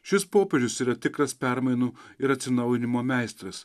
šis popiežius yra tikras permainų ir atsinaujinimo meistras